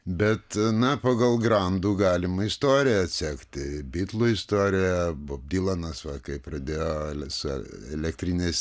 bet na pagal grandų galima istoriją atsekti bitlų istoriją bob dilanas va kaip pradėjo elektriniais